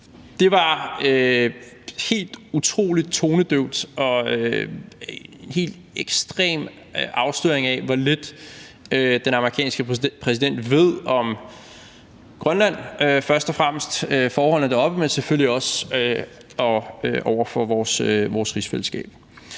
Det var helt utrolig tonedøvt og en helt ekstrem afsløring af, hvor lidt den amerikanske præsident ved om Grønland – først og fremmest om forholdene deroppe, men selvfølgelig også i forhold til vores rigsfællesskab.